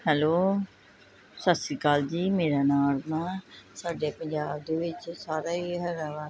hello ਸਤਿ ਸ਼੍ਰੀ ਅਕਾਲ ਜੀ ਮੇਰੇ ਨਾਂ ਅਰੁਣਾ ਸਾਡੇ ਪੰਜਾਬ ਦੇ ਵਿੱਚ ਸਾਰਾ ਹੀ ਹੈਗਾ ਵਾ